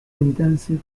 intensive